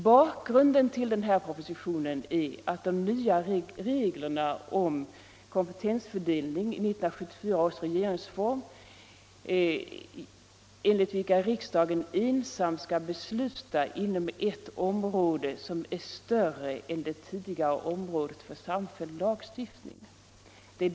Bakgrunden till propositionen är de nya reglerna om kompetensfördelning i 1974 års regeringsform, enligt vilka riksdagen ensam skall besluta inom ett område som är större än det tidigare området för samfälld lagstiftning.